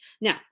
Now